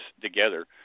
together